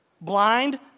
Blind